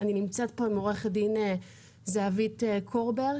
אני נמצאת פה עם עו"ד זהבית קורבר,